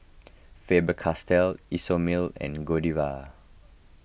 Faber Castell Isomil and Godiva